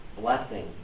blessing